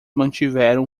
mantiveram